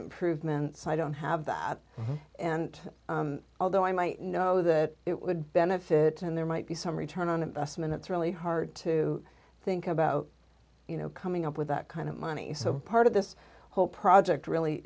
improvement so i don't have that and although i might know that it would benefit and there might be some return on investment it's really hard to think about you know coming up with that kind of money so part of this whole project really